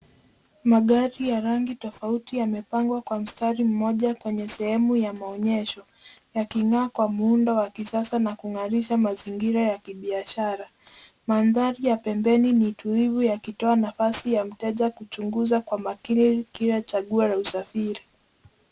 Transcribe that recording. Magari ya rangi tofauti yamepangwa kwa mstari moja kwenye sehemu ya maonyesho, yaking'aa kwa muundo wa kisasa na kungarisha mazingira ya kibiashara. Mandhari ya pembeni ni tulivu yakitoa nafasi ya mteja kuchunguza kwa makini kila chaguo la usafiri.